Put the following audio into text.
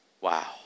Wow